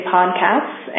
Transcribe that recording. Podcasts